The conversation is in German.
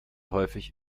häufig